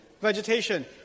vegetation